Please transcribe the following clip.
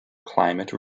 climate